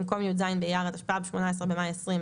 במקום "י"ז באייר התשפ"ב (18 במאי 2022)"